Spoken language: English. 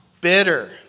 Bitter